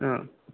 ആ